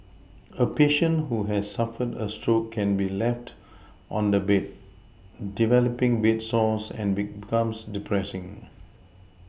a patient who has suffered a stroke can be left on the bed develoPing bed sores and becomes depressing